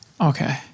Okay